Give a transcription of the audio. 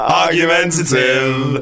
argumentative